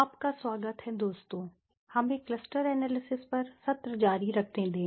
आपका स्वागत है दोस्तो हमें क्लस्टर एनालिसिस पर सत्र जारी रखने दें